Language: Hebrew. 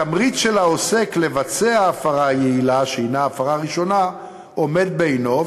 התמריץ של העוסק לבצע הפרה יעילה שהיא הפרה ראשונה עומד בעינו,